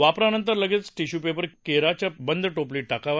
वापरानंतर लगेचच टिश्यूपेपर केराच्या बंद टोपलीत टाकावा